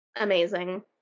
Amazing